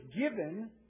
given